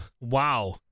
wow